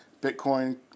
Bitcoin